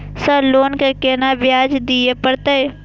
Sir loan के केना ब्याज दीये परतें?